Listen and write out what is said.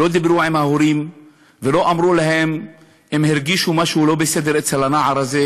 לא דיברו עם ההורים ולא אמרו להם אם הרגישו משהו לא בסדר אצל הנער הזה,